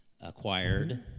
acquired